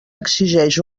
exigeix